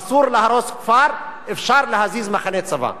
אסור להרוס כפר, אפשר להזיז מחנה צבא.